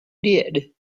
did